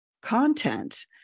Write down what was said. content